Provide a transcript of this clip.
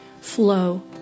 flow